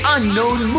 Unknown